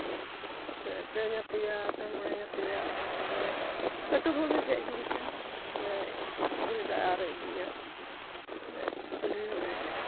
ᱯᱮ ᱧᱟᱛᱭᱟ ᱥᱮ ᱢᱚᱬᱮ ᱧᱟᱛᱭᱟ ᱩᱱᱠᱩ ᱫᱚ ᱞᱟᱹᱴᱩ ᱵᱟᱦᱩᱜᱮᱭ ᱜᱮᱡ ᱜᱩᱨᱤᱡᱟᱭ ᱟᱞᱮ ᱜᱩᱨᱤᱡ ᱫᱟᱜ ᱮ ᱟᱨᱮᱡ ᱤᱫᱤᱭᱟ ᱦᱟᱱᱮ ᱠᱩᱞᱦᱤ ᱦᱟᱹᱵᱤᱡ